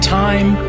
time